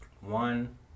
one